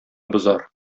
бозар